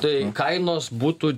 tai kainos būtų